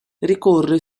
ricorre